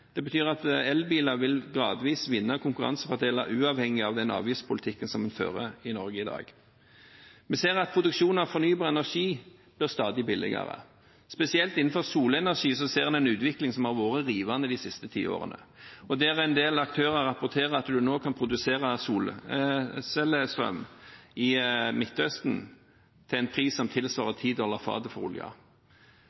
Det betyr at elbiler gradvis vil vinne konkurransefordeler, uavhengig av den avgiftspolitikken som vi fører i Norge i dag. Vi ser at produksjonen av fornybar energi blir stadig billigere. Spesielt innen solenergi ser en en utvikling som har vært rivende de siste tiårene, og der en del aktører rapporterer at en nå kan produsere solcellestrøm i Midtøsten til en pris som tilsvarer